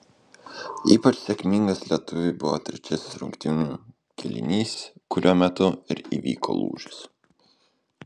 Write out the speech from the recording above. ypač sėkmingas lietuviui buvo trečiasis rungtynių kėlinys kuriuo metu ir įvyko lūžis